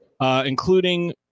including